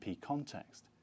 context